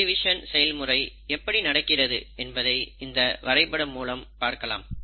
செல் division செயல்முறை எப்படி நடக்கிறது என்பதை இந்த வரைபடம் மூலம் பார்க்கலாம்